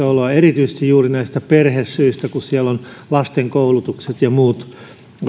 oloa erityisesti juuri näistä perhesyistä kun siellä on lasten koulutukset ja muut